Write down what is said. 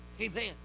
Amen